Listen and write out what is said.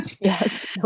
yes